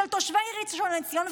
של תושבי ראשון לציון,